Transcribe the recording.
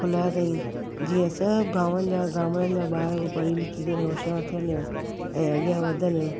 खुलाया अथईं जीअं सभु गांवनि जा गामड़नि जा ॿार बि पढ़ी लिखी करे होश्यार थियनि ऐं अॻियां वधनि